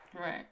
Right